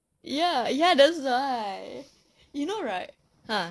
ya ya that's right you know right !huh!